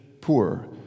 poor